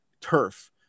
turf